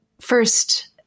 first